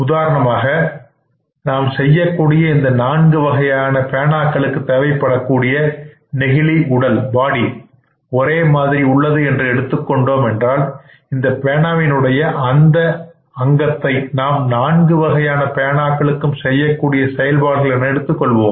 உதாரணமாக நாம் செய்யக்கூடிய இந்த நான்கு வகையான பேனாக்களுக்கு தேவைப்படக்கூடிய பிளாஸ்டிக் பாடி ஒரே மாதிரி உள்ளது என்று எடுத்துக் கொண்டோம் என்றால் இந்த பேனாவின் உடைய இந்தஅங்கத்தை நாம் நான்கு வகையான பேனாக்களுக்கும் செய்யக்கூடிய செயல்பாடுகள் என எடுத்துக் கொள்வோம்